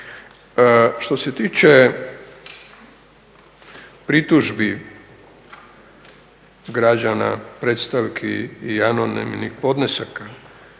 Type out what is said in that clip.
Što se tiče pritužbi građana, predstavki i anonimnih podnesaka